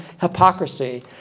hypocrisy